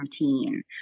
routine